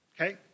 Okay